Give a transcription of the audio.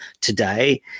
today